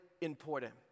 important